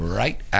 right